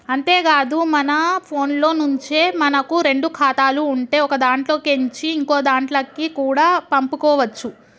అంతేకాదు మన ఫోన్లో నుంచే మనకు రెండు ఖాతాలు ఉంటే ఒకదాంట్లో కేంచి ఇంకోదాంట్లకి కూడా పంపుకోవచ్చు